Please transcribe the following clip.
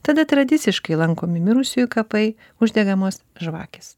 tada tradiciškai lankomi mirusiųjų kapai uždegamos žvakės